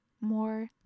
more